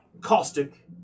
caustic